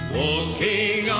walking